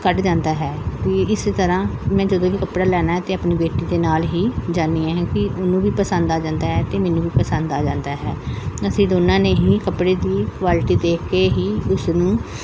ਕੱਢ ਜਾਂਦਾ ਹੈ ਵੀ ਇਸੇ ਤਰ੍ਹਾਂ ਮੈਂ ਜਦੋਂ ਵੀ ਕੱਪੜਾ ਲੈਣਾ ਅਤੇ ਆਪਣੀ ਬੇਟੀ ਦੇ ਨਾਲ ਹੀ ਜਾਂਦੀ ਹੈ ਕਿ ਉਹਨੂੰ ਵੀ ਪਸੰਦ ਆ ਜਾਂਦਾ ਹੈ ਅਤੇ ਮੈਨੂੰ ਵੀ ਪਸੰਦ ਆ ਜਾਂਦਾ ਹੈ ਅਸੀਂ ਦੋਨਾਂ ਨੇ ਹੀ ਕੱਪੜੇ ਦੀ ਕੁਆਲਿਟੀ ਦੇਖ ਕੇ ਹੀ ਉਸ ਨੂੰ